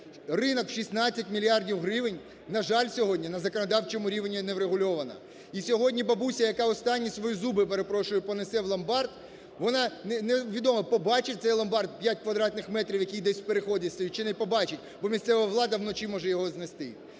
Ринок в 16 мільярдів гривень, на жаль, сьогодні на законодавчому рівні не врегульовано. І сьогодні бабуся, яка останні свої зуби, я перепрошую, понесе в ломбард, вона невідомо, побачить цей ломбард 5 квадратних метрів, який десь в переході стоїть, чи не побачить, бо місцева влада вночі може його знести.